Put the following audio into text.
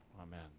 Amen